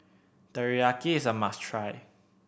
teriyaki is a must try